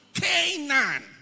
Canaan